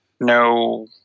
no